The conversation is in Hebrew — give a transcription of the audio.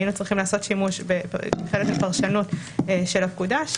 היינו צריכים לעשות שימוש כחלק מפרשנות של הפקודה,